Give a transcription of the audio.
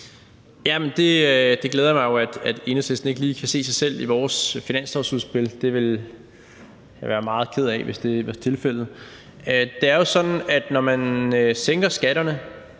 det glæder mig jo, at Enhedslisten ikke lige kan se sig selv i vores finanslovsudspil. Jeg ville være meget ked af det, hvis det var tilfældet. Det er jo sådan, at når man sænker skatterne,